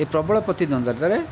ଏହି ପ୍ରବଳ ପ୍ରତିଦ୍ଵନ୍ଦିତାରେ